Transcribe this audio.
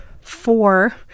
four